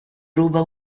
ruba